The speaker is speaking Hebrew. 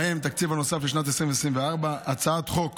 ובהם התקציב הנוסף לשנת 2024, הצעת חוק